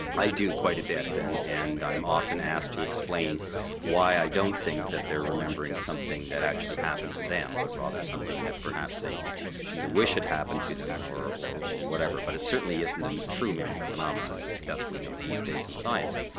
i do quite a bit and and i'm often asked to explain why i don't think that they're remembering something that actually happened to them but rather something that perhaps they either wished had happened to them, or or whatever. but it certainly isn't a true memory phenomenon as best we know these days in science.